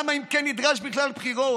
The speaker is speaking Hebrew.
אם כן, למה נדרשות בכלל בחירות?